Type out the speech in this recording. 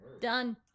Done